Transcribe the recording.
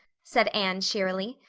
said anne cheerily.